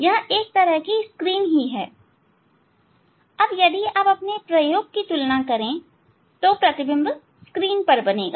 यह एक स्क्रीन की तरह ही है यदि आप अपने प्रयोग इस से तुलना करें तो प्रतिबिंब स्क्रीन पर बनेगा